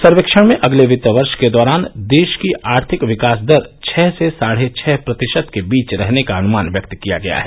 सर्वेक्षण में अगले वित्त वर्ष के दौरान देश की आर्थिक विकास दर छह से साढ़े छह प्रतिशत के बीच रहने का अनुमान व्यक्त किया गया है